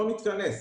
לא מתכנס.